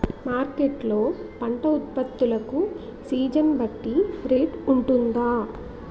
Market లొ పంట ఉత్పత్తి లకు సీజన్ బట్టి రేట్ వుంటుందా?